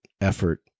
effort